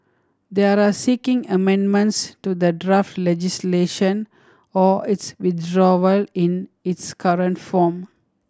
they are seeking amendments to the draft legislation or its withdrawal in its current form